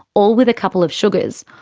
all with a couple of sugars,